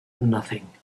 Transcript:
nothing